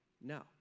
no